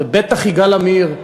ובטח יגאל עמיר,